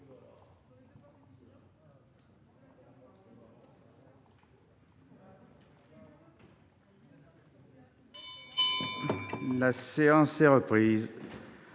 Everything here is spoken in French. La séance est reprise.